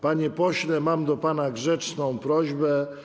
Panie pośle, mam do pana grzeczną prośbę.